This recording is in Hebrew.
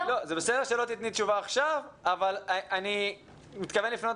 זה בסדר שלא תיתני תשובה עכשיו אבל אני מתכוון לפנות